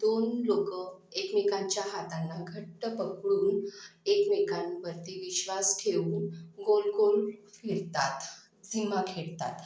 दोन लोक एकमेकांच्या हातांना घट्ट पकडून एकमेकांवरती विश्वास ठेवून गोल गोल फिरतात झिम्मा खेळतात